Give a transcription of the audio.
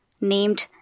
named